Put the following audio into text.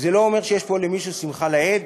זה לא אומר שיש פה למישהו שמחה לאיד.